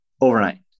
overnight